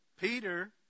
Peter